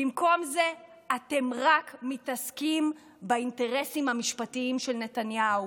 במקום זה אתם רק מתעסקים באינטרסים המשפטיים של נתניהו.